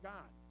God